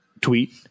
tweet